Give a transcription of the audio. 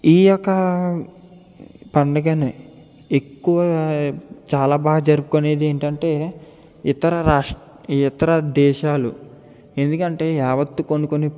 ఈయొక్క పండగని ఎక్కువగా చాలా బాగా జరుపుకునేది ఏంటంటే ఇతర రాష్ట్ర ఇతర దేశాలు ఎందుకంటే యావత్తు కొన్ని కొన్ని